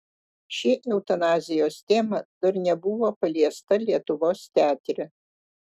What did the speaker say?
ši eutanazijos tema dar nebuvo paliesta lietuvos teatre